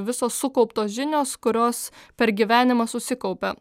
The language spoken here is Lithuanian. visos sukauptos žinios kurios per gyvenimą susikaupia